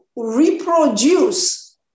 reproduce